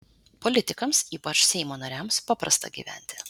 politikams ypač seimo nariams paprasta gyventi